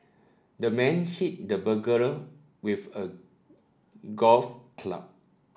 the man hit the burglar with a golf club